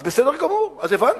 אז בסדר גמור, אז הבנתי,